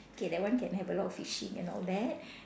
okay that one can have a lot of fishing and all that